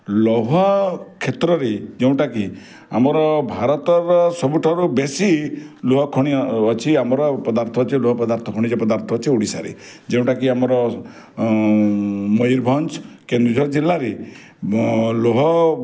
ଲୌହ କ୍ଷେତ୍ରରେ ଯେଉଁଟାକି ଆମର ଭାରତର ସବୁଠାରୁ ବେଶୀ ଲୌହ ଖଣି ଅଛି ଆମର ପଦାର୍ଥ ଅଛି ଲୌହ ପଦାର୍ଥ ଖଣିଜ ପଦାର୍ଥ ଅଛି ଓଡ଼ିଶାରେ ଯେଉଁଟାକି ଆମର ମୟୂରଭଞ୍ଜ କେନ୍ଦୁଝର ଜିଲ୍ଲାରେ ଲୌହ